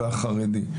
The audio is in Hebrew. והחרדי.